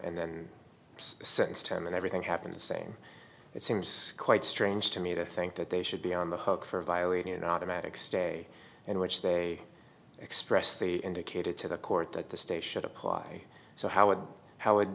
term and everything happens saying it seems quite strange to me to think that they should be on the hook for violating an automatic stay in which they expressly indicated to the court that the state should apply so how would how would